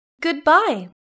Goodbye